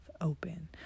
open